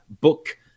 book